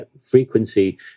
frequency